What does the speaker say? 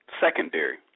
secondary